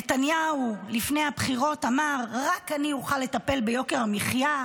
נתניהו לפני הבחירות אמר: רק אני אוכל לטפל ביוקר המחיה.